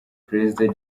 perezida